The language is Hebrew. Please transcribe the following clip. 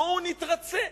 בואו נתרצה.